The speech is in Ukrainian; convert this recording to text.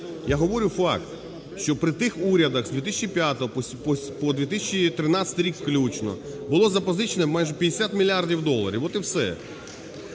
я говорю факт, що при тих урядах з 2005 по 2013 рік включно було запозичено майже 50 мільярдів доларів, от і все.